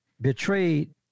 betrayed